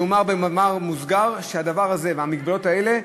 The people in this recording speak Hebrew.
ייאמר במאמר מוסגר שהדבר הזה והמגבלות האלה,